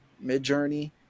mid-journey